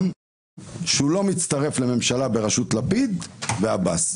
שהוא לא מצטרף לממשלה בראשות לפיד ועבאס.